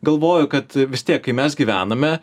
galvoju kad vis tiek kai mes gyvename